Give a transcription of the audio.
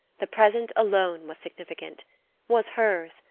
the present alone was significant was hers,